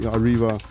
Arriva